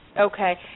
Okay